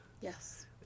Yes